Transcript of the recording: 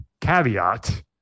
caveat